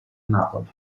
napoli